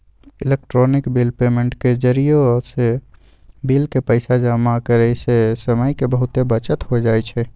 electronic bill payment के जरियासे bill के पइसा जमा करेयसे समय के बहूते बचत हो जाई छै